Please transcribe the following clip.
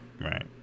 Right